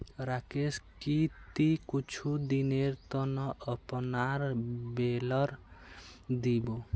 राकेश की ती कुछू दिनेर त न अपनार बेलर दी बो